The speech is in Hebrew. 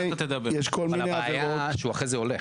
הבעיה שהוא הולך.